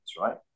right